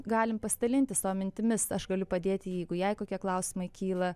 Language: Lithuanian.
galim pasidalinti savo mintimis aš galiu padėti jeigu jai kokie klausimai kyla